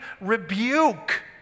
rebuke